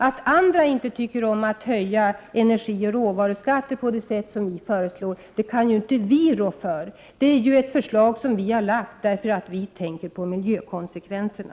Att sedan andra inte tycker om att höja energioch råvaruskatter på det sätt som vi föreslår kan ju inte vi rå för. Det är ett förslag som vi har lagt fram därför att vi tänker på miljökonsekvenserna.